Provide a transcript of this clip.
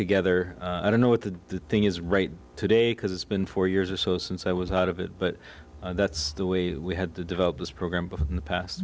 together i don't know what the thing is right today because it's been four years or so since i was out of it but that's the way we had to develop this program but in the past